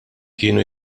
kienu